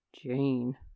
Jane